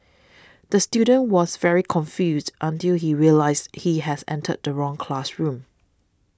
the student was very confused until he realised he has entered the wrong classroom